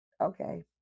okay